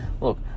Look